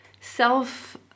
self